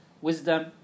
wisdom